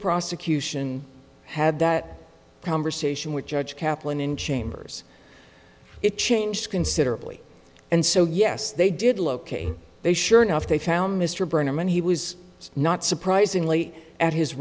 prosecution had that conversation with judge kaplan in chambers it changed considerably and so yes they did locate they sure enough they found mr burnham and he was not surprisingly at his